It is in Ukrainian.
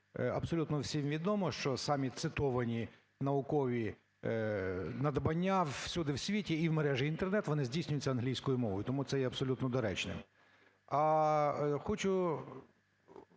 абсолютно всім відомо, що самі цитовані наукові надбання всюди в світі і в мережі Інтернет, вони здійснюються англійською мовою, тому це є абсолютно доречним. А хочу